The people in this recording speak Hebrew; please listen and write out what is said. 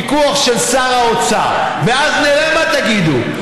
פיקוח של שר האוצר, ואז נראה מה תגידו.